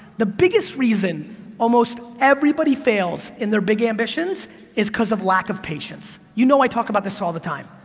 the biggest reason almost everybody fails in their big ambitions is cause of lack of patience. you know i talk about this all the time.